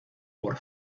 por